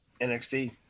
NXT